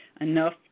enough